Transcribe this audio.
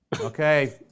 Okay